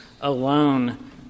Alone